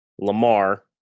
Lamar